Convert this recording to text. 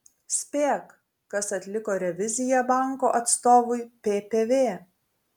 spėk kas atliko reviziją banko atstovui ppv